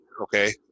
okay